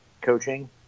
coaching